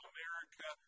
America